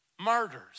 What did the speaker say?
martyrs